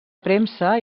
premsa